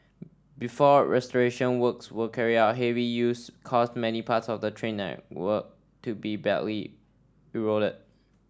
before restoration works were carried out heavy use caused many parts of the trail network to be badly eroded